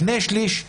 שני שלישים